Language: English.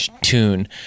tune